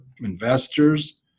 investors